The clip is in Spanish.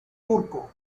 turco